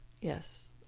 Yes